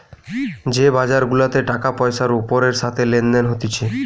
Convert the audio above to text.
যে বাজার গুলাতে টাকা পয়সার ওপরের সাথে লেনদেন হতিছে